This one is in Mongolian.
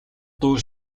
дуу